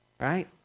right